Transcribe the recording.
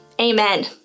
amen